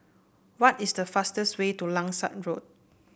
what is the fastest way to Langsat Road